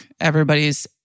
Everybody's